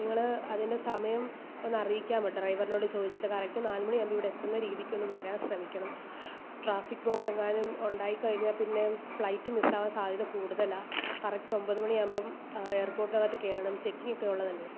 നിങ്ങൾ അതിന്റെ സമയം ഒന്ന് അറിയിയ്ക്കാമോ ഡ്രൈവറിനോട് ചോദിച്ചിട്ട് കറക്റ്റ് നാലുമണിയാകുമ്പോൾ ഇവിടെയെത്തുന്ന രീതിക്കൊന്നു വരാൻ ശ്രമിയ്ക്കണം ട്രാഫിക് ബ്ലോക്കെങ്ങാനും ഉണ്ടായിക്കഴിഞ്ഞാൽപ്പിന്നെ ഫ്ലൈറ്റ് മിസ്സാകാൻ സാദ്ധ്യത കൂടുതലാണ് കറക്റ്റ് ഒൻപതു മണിയാകുമ്പം എയർപ്പോട്ടിന്റകത്തു കയറണം ചെക്കിങ്ങൊക്കെ ഉള്ളതല്ലെ